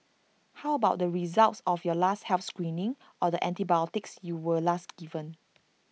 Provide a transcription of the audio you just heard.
how about the results of your last health screening or the antibiotics you were last given